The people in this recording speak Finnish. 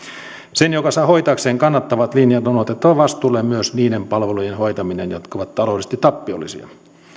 sen joka saa hoitaakseen kannattavat linjat on otettava vastuulleen myös niiden palvelujen hoitaminen jotka ovat taloudellisesti tappiollisia